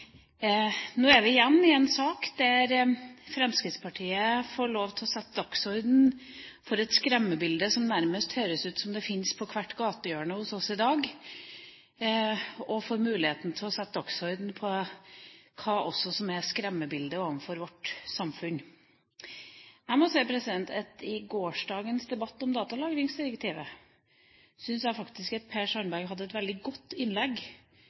Nå har vi igjen en sak der Fremskrittspartiet får lov til å sette dagsordenen for et skremmebilde som det nærmest høres ut som fins på hvert gatehjørne hos oss i dag, og får muligheten til å sette dagsordenen for hva som er skremmebildet overfor vårt samfunn. I gårsdagens debatt om datalagringsdirektivet syns jeg at Per Sandberg hadde et veldig godt innlegg